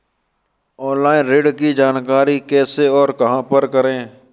Online ऋण की जानकारी कैसे और कहां पर करें?